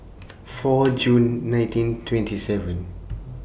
four June nineteen twenty seven